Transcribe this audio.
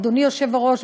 אדוני היושב-ראש,